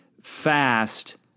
fast